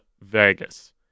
Vegas